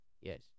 Yes